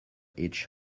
each